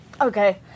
Okay